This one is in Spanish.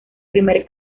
primer